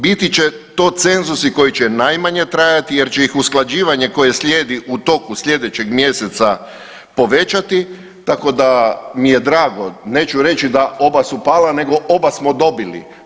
Biti će to cenzusi koji će najmanje trajati jer će ih usklađivanje koje slijedi u toku sljedećeg mjeseca povećati tako da mi je drago, neću reći da oba su pala, nego oba smo dobili.